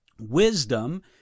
Wisdom